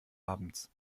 abends